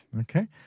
Okay